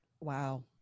Wow